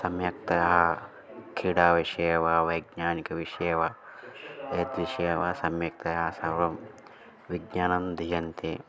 सम्यक्तता क्रीडाविषये वा वैज्ञानिकविषये वा यद्विषये वा सम्यक्तया सर्वं विज्ञानं दीयन्ते